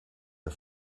der